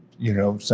you know,